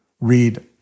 read